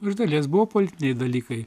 iš dalies buvo politiniai dalykai